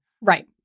Right